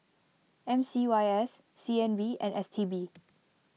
M C Y S C N B and S T B